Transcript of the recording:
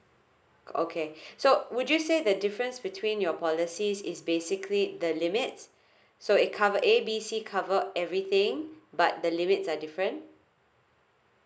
okay so would you say the difference between your policy is basically the limits so it cover A B C cover everything but the limits are different